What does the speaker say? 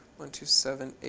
one, two, seven, eight,